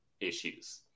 issues